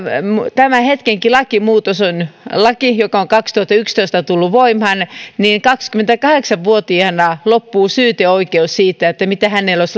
tämänhetkinenkin lakimuutos on laki joka on kaksituhattayksitoista tullut voimaan ja jossa kaksikymmentäkahdeksan vuotiaana loppuu syyteoikeus siitä mitä ihmiselle on